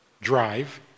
drive